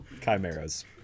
Chimeras